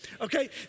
Okay